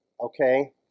Okay